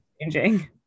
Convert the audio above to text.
changing